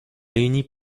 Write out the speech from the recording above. réunis